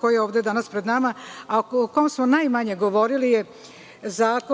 koji je ovde danas pred nama, a o kom smo najmanje govorili je zakon